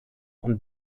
und